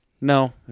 No